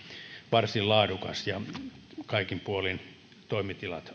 varsin laadukas ja toimitilat